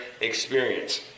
experience